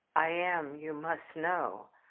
i am, you must know,